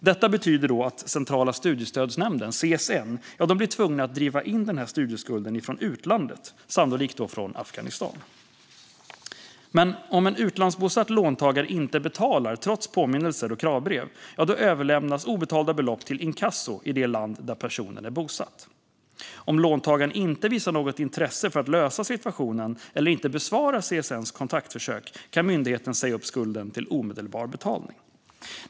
Detta betyder att centrala studiestödsnämnden, CSN, blir tvungen att driva in denna skuld från utlandet, sannolikt då från Afghanistan. Om en utlandsbosatt låntagare inte betalar, trots påminnelser och kravbrev, överlämnas obetalda belopp till inkasso i det land där personen är bosatt. Om låntagaren inte visar något intresse för att lösa situationen eller inte besvarar CSN:s kontaktförsök kan myndigheten säga upp skulden till omedelbar betalning.